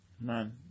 Man